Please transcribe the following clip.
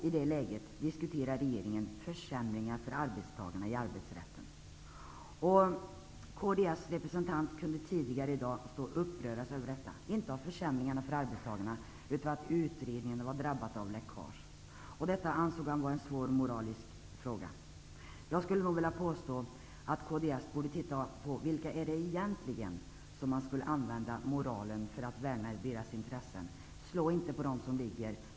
I detta läge diskuterar regeringen försämringar i arbetsrätten för arbetstagarna. Kds representant kunde tidigare i dag visa sin upprördhet, inte över försämringarna för arbetstagarna, utan över att utredningen drabbats av läckage. Detta ansåg han vara en svår moralisk fråga. Kds borde se på vems intressen moralen egentligen skulle användas för att värna. Slå inte på dem som ligger!